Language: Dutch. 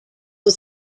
het